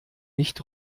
nicht